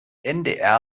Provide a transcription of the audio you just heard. ndr